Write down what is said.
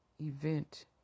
event